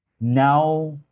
now